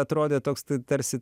atrodė toks tarsi